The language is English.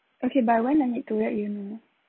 okay by when I need to let you know